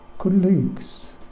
Colleagues